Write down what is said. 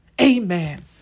Amen